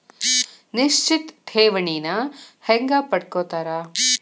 ನಿಶ್ಚಿತ್ ಠೇವಣಿನ ಹೆಂಗ ಪಡ್ಕೋತಾರ